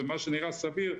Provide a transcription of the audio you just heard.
ומה שנראה סביר,